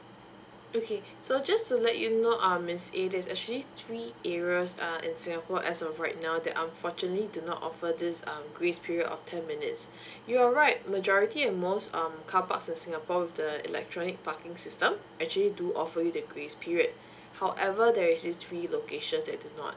okay so just to let you know um miss a there's actually three areas uh in singapore as of right now that unfortunately do not offer this um grace period of ten minutes you are right majority and most um carparks in singapore with the electronic parking system actually do offer you the grace period however there is this three locations that do not